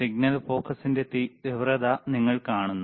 signal ഫോക്കസിന്റെ തീവ്രത നിങ്ങൾ കാണുന്നു